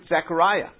Zechariah